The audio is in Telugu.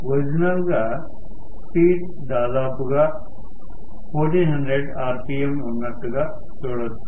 ఒరిజినల్గా స్పీడ్ దాదాపుగా 1400rpm ఉన్నట్టుగా చూడొచ్చు